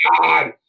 God